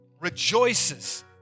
rejoices